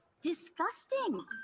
disgusting